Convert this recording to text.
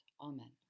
Amen